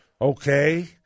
okay